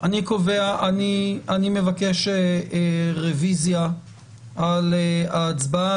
אני מבקש רביזיה על ההצבעה.